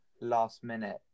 last-minute